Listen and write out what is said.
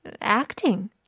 acting